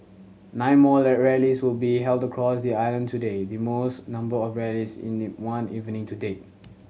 nine more rallies will be held across the island today the most number of rallies in the one evening to date